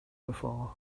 before